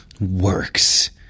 works